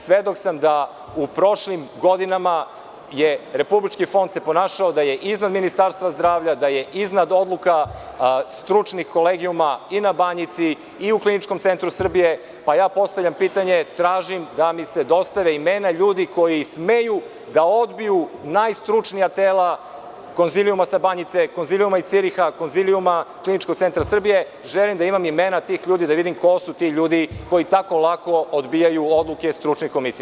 Svedok sam da se u prošlim godinama Republički fond ponašao da je iznad Ministarstva zdravlja, da je iznad odluka stručnih kolegijuma na Banjici, Kliničkom centru Srbije, pa ja postavljam pitanje – tražim da mi se dostave imena ljudi koji smeju da odbiju najstručnija tela konzilijuma sa Banjice, konzilijuma iz Ciriha, konzilijuma Kliničkog centra Srbije, želim da imam imena tih ljudi, da vidim ko su ti ljudi koji tako lako odbijaju odluke stručne komisije.